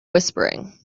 whispering